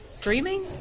Dreaming